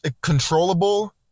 controllable